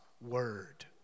word